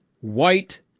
white